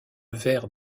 vert